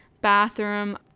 bathroom